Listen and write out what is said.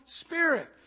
Spirit